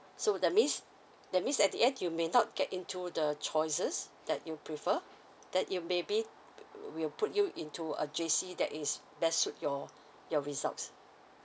so that means that means at the end you may not get into the choices that you prefer that you maybe we'll put you into a J_C that is best suit your your results